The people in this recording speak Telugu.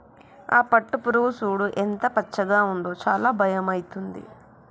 ఆ పట్టుపురుగు చూడు ఎంత పచ్చగా ఉందో చాలా భయమైతుంది